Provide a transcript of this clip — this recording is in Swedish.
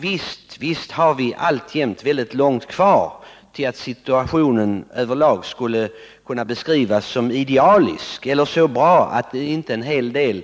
Visst har vi alltjämt långt kvar till att situationen över lag skulle kunna beskrivas såsom idealisk eller vara så bra att inte en hel del